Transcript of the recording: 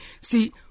See